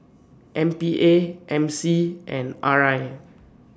M P A M C and R I